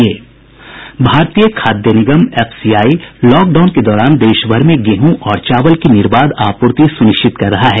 भारतीय खाद्य निगम एफसीआई लॉकडाउन के दौरान देशभर में गेहूं और चावल की निर्बाध आपूर्ति सुनिश्चित कर रहा है